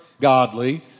godly